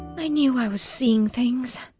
i knew i was seeing things.